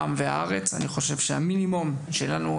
העם והארץ אני חושב שהמינימום שלנו,